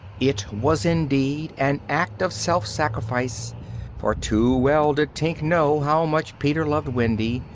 it was indeed an act of self-sacrifice for too well did tink know how much peter loved wendy,